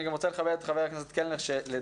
אני גם רוצה לכבד את חבר הכנסת קלנר שלדעתי